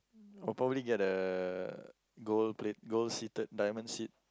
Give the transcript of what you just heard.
I'll probably get a gold plate gold seated diamond seat